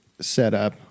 setup